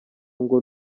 ngo